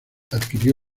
adquirió